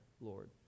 Lord